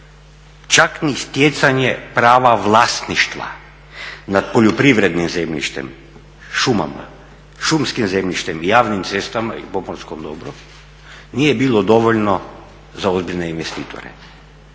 čak ni stjecanje prava vlasništva nad poljoprivrednim zemljištem, šumama, šumskim zemljištem i javnim cestama i pomorskom dobru nije bilo dovoljno za ozbiljne investitore,